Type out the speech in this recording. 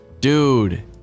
Dude